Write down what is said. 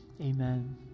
Amen